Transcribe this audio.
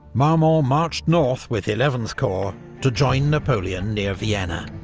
marmont marched north with eleventh corps to join napoleon near vienna.